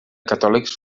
catòlics